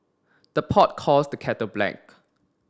the pot calls the kettle black